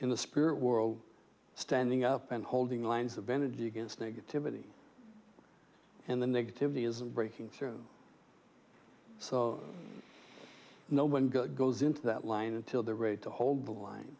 in the spirit world standing up and holding lines of energy against negativity and the negativity is breaking through so no one good goes into that line until they're ready to hold the line